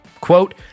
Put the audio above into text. Quote